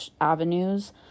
avenues